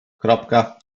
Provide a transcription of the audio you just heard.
kropka